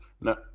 No